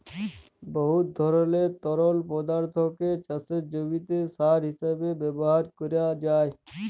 বহুত ধরলের তরল পদাথ্থকে চাষের জমিতে সার হিঁসাবে ব্যাভার ক্যরা যায়